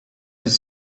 was